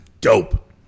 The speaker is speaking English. dope